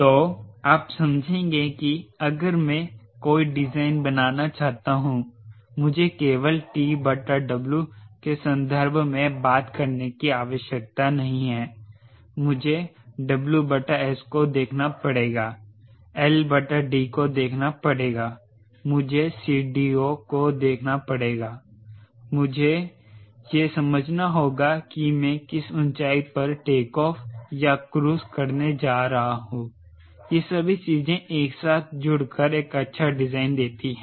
तो आप समझेंगे कि अगर मैं कोई डिज़ाइन बनाना चाहता हूं मुझे केवल TW के संदर्भ में बात करने की आवश्यकता नहीं है मुझे WS को देखना पड़ेगा LD को देखना पड़ेगा मुझे CD0 को देखना पड़ेगाI मुझे यह समझना होगा कि मैं किस ऊंचाई पर टेकऑफ़ या क्रूज़ करने जा रहा हूं ये सभी चीजें एक साथ जुड़ कर एक अच्छा डिजाइन देती हैं